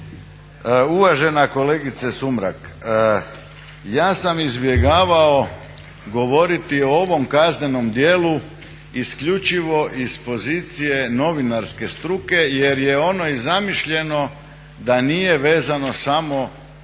Uvažena kolegice Sumrak, ja sam izbjegavao govoriti o ovom kaznenom djelu isključivo iz pozicije novinarske struke jer je ono i zamišljeno da nije vezano samo uz